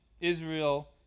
Israel